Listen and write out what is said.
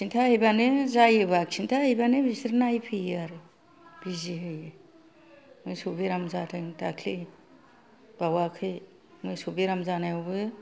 खिन्था हैबानो जायोबा खिन्था हैबानो बिसोर नायफैयो आरो बिजि होयो मोसौ बेराम जादों दाख्लि बावाखै मोसौ बेराम जानायावबो